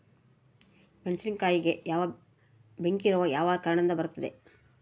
ಮೆಣಸಿನಕಾಯಿಗೆ ಬೆಂಕಿ ರೋಗ ಯಾವ ಕಾರಣದಿಂದ ಬರುತ್ತದೆ?